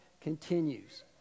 continues